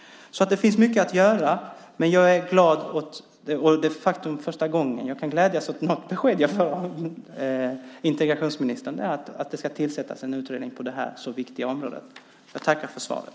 Det finns alltså mycket att göra. Men jag är glad åt integrationsministerns besked - och det är första gången jag kan glädjas åt ett besked från integrationsministern - om att det ska tillsättas en utredning på detta viktiga område. Jag tackar för svaret.